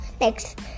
Next